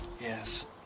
yes